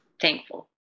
thankful